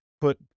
put